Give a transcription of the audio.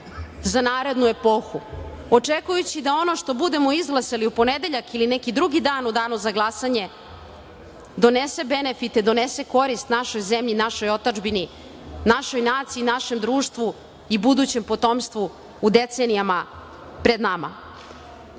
za narednu epohu, očekujući da ono što budemo izglasali u ponedeljak ili neki drugi dan u danu za glasanje, donese benefite, korist za našu zemlju, našoj otadžbini našoj naciji, našem društvu i budućem potomstvu u decenijama pred nama. Još